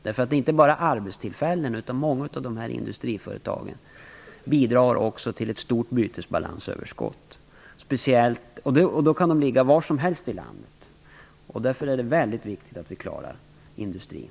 Det är inte bara fråga om arbetstillfällen utan många av dessa industriföretag bidrar också till ett stort bytesbalansöverskott, oberoende av var i landet de är lokaliserade. Därför är det väldigt viktigt att vi klarar industrin.